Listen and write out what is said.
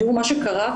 תראו,